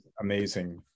amazing